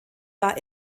war